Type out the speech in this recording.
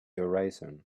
horizon